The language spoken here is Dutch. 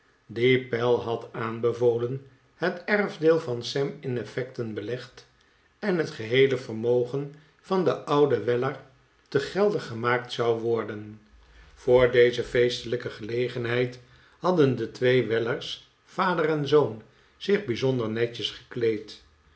dien pell had aanbevolen het erfdeel van sam in effecten belegd en het geheele vermogen van den ouden weller te gelde gemaakt zou worden voor deze feestelijke gelegenheid hadden de twee weller's vader en zoon zich bijzonder netjes gekleed